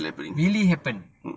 really happen